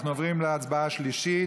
אנחנו עוברים מייד להצבעה הבאה, על החוק השני.